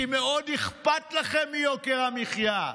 כי מאוד אכפת לכם מיוקר המחיה,